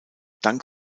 dank